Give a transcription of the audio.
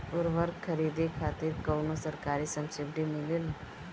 उर्वरक खरीदे खातिर कउनो सरकारी सब्सीडी मिलेल?